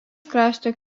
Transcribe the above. krašto